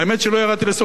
שלא ירדתי לסוף דעתו,